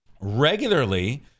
regularly